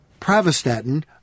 Pravastatin